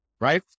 right